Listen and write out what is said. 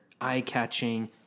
eye-catching